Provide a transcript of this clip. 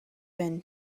been